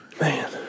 Man